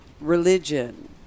religion